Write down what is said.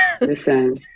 Listen